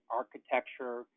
architecture